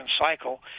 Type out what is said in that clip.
cycle